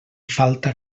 falta